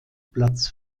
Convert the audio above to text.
platz